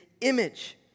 image